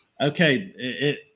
okay